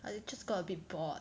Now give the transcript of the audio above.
I just got a bit bored